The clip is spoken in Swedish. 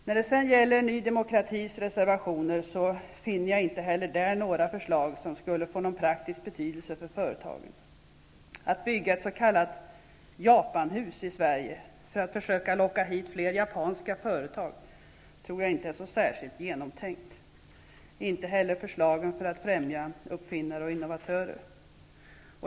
När det gäller Ny demokratis reservationer så finner jag inte heller där några förslag som skulle få någon praktisk betydelse för företagen. Att bygga ett s.k. Japanhus i Sverige för att försöka locka hit flera japanska företag tror jag inte är särskilt genomtänkt. Det är inte heller förslagen för att främja uppfinnare och innovatörer.